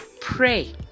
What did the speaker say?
Pray